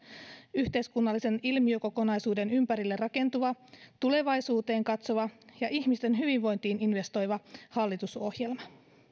yhteiskunnallisen ilmiökokonaisuuden ympärille rakentuva tulevaisuuteen katsova ja ihmisten hyvinvointiin investoiva hallitusohjelma